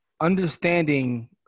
Understanding